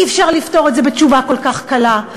אי-אפשר לפתור את זה בתשובה כל כך קלה,